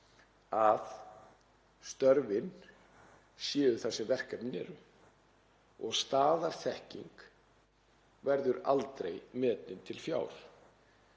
að störfin séu þar sem verkefnin eru. Staðarþekking verður aldrei metin til fjár.